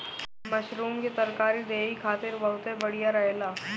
mushroom के तरकारी देहि खातिर बहुते बढ़िया रहेला